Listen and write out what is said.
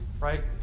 right